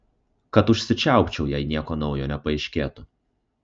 kad užsičiaupčiau jei nieko naujo nepaaiškėtų